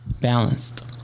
balanced